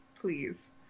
please